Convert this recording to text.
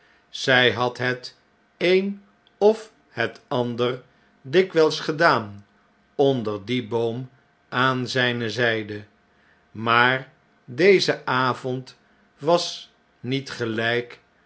zij had net een of het ander dikwijls gedaan onder dien boom aan zpe zyde maar deze avond was niet geljk